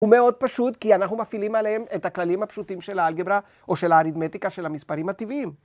ומאוד פשוט כי אנחנו מפעילים עליהם את הכללים הפשוטים של האלגברה או של האריתמטיקה של המספרים הטבעיים.